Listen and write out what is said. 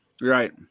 right